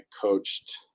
coached